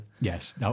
Yes